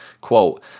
quote